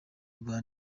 rwa